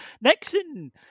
Nixon